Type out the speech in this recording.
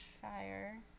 Shire